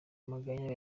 amaganya